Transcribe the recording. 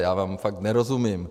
Já vám fakt nerozumím.